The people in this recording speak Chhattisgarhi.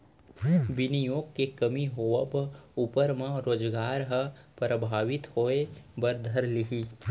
बिनियोग के कमी होवब ऊपर म रोजगार ह परभाबित होय बर धर लिही